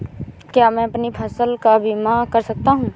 क्या मैं अपनी फसल का बीमा कर सकता हूँ?